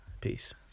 Peace